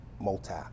multi